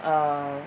err